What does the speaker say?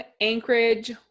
Anchorage